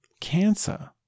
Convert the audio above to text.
cancer